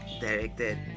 directed